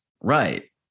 right